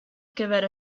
gyfer